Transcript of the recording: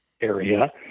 area